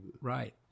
Right